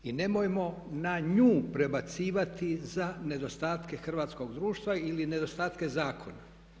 I nemojmo na nju prebacivati za nedostatke hrvatskog društva ili nedostatke zakona.